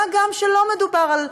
מה גם שלא מדובר על,